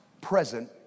present